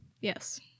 yes